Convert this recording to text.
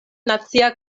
nacia